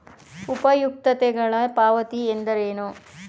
ಉಪಯುಕ್ತತೆಗಳ ಪಾವತಿ ಎಂದರೇನು?